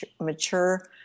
mature